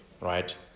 right